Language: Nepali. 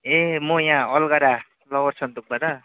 ए म यहाँ अलगडा लोवर सन्दुकबाट